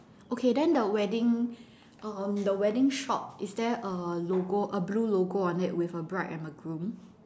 okay then the wedding um the wedding shop is there a logo a blue logo on it with a bride and a groom